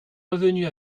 revenue